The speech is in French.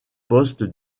postes